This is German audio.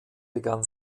begann